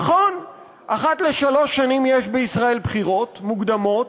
נכון, אחת לשלוש שנים יש בישראל בחירות מוקדמות.